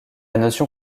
notion